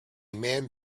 man